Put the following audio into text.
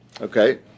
Okay